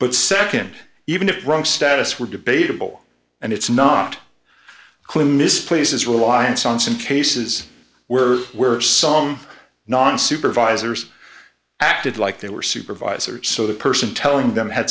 but nd even if wrong status were debatable and it's not clear misplaces reliance on some cases were where some non supervisory acted like they were supervisors so the person telling them had